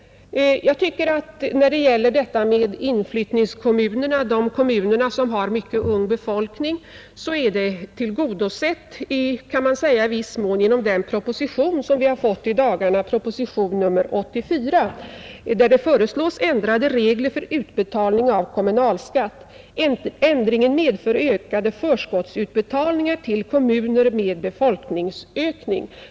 I fråga om inflyttningskommunerna, dvs. kommuner som har en ung befolkning, är detta krav i viss mån tillgodosett genom proposition nr 84, som vi i dagarna har fått och där det föreslås ändrade regler för utbetalning av kommunalskatt. Ändringen medför ökade förskottsutbetalningar till kommuner med befolkningsökning.